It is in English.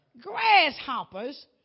Grasshoppers